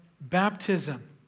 baptism